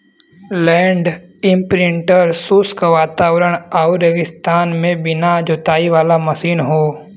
land imprinter शुष्क वातावरण आउर रेगिस्तान में बिना जोताई वाला मशीन हौ